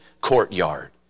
courtyard